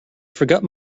forgot